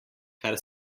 kar